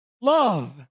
love